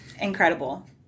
Incredible